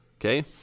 okay